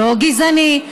לא גזעני.